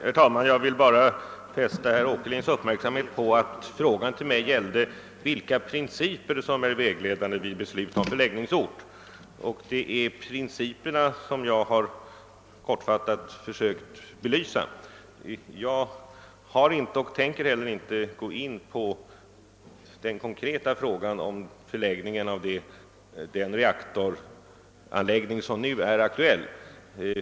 Herr talman! Jag vill bara fästa herr Åkerlinds uppmärksamhet på att hans fråga till mig gällde vilka principer som är vägledande vid beslut om förläggningsort. Det är också principerna som jag kortfattat försökt att belysa. Jag har inte gått in på den konkreta frågan om lokaliseringen av den reaktoranläggning som nu är aktuell, och jag tänker inte heller göra det.